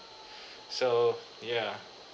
so ya